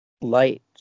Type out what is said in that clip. light